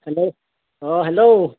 hello অঁ hello